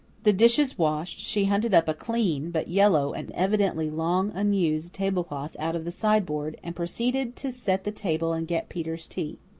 the dishes washed, she hunted up a clean, but yellow and evidently long unused tablecloth out of the sideboard, and proceeded to set the table and get peter's tea.